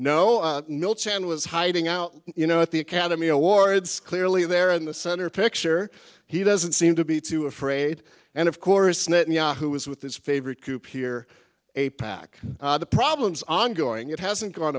no no channel is hiding out you know at the academy awards clearly there in the center picture he doesn't seem to be too afraid and of course netanyahu is with his favorite group here a pack the problems ongoing it hasn't gone